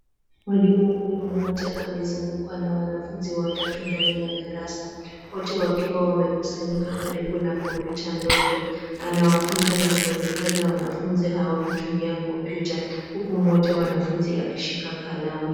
Mwalimu huyu mmoja amezungukwa na wanafunzi watatu ndani ya darasa, wote wakiwa wamekusanyika karibu na kompyuta ndogo. Anawafunza na kuwaelekeza wanafunzi hawa kutumia kompyuta, huku mmoja wa wanafunzi akishika kalamu.